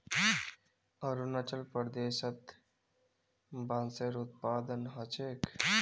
अरुणाचल प्रदेशत बांसेर उत्पादन ह छेक